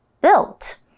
built